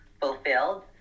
fulfilled